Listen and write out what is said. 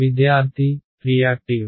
విద్యార్థి రియాక్టివ్